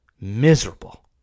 miserable